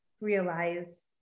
realize